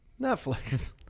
Netflix